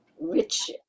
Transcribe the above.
Rich